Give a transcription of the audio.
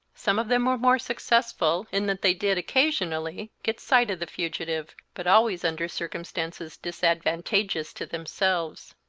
some of them were more successful, in that they did, occasionally, get sight of the fugitive, but always under circumstances disadvantageous to themselves.